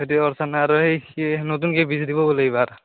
খেতি কৰিছ ন আৰু সেই কি নতুনকৈ বীজ দিব বোলে এইবাৰ